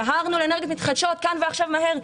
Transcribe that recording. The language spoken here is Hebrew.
דהרנו לאנרגיות מתחדשות כאן ועכשיו מהר.